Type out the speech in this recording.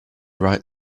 right